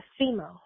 FEMO